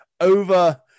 over